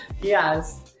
yes